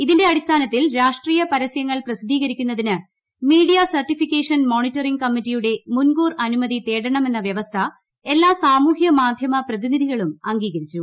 ഇതിന്റെ അടിസ്ഥാനത്തിൽ രാഷ്ട്രീയ പരസ്യങ്ങൾ പ്രസിദ്ധീകരിക്കുന്നതിന് മീഡിയ സർട്ടിഫിക്കേഷൻ മോണിറ്ററിംഗ് കമ്മിറ്റിയുടെ മുൻകൂർ അനുമതി തേടണമെന്ന വ്യവസ്ഥ എല്ലാ സാമൂഹ്യ മാധ്യമ പ്രതിനിധികളും അംഗീകരിച്ചു